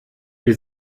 wir